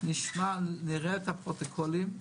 נשמע ונראה את הפרוטוקולים,